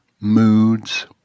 moods